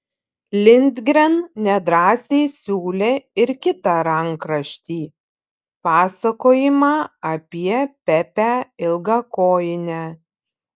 lindgren nedrąsiai siūlė ir kitą rankraštį pasakojimą apie pepę ilgakojinę